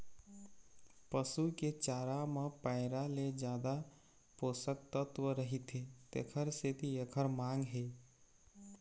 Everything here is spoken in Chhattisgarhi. पसू के चारा म पैरा ले जादा पोषक तत्व रहिथे तेखर सेती एखर मांग हे